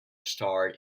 starred